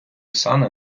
сани